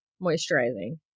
moisturizing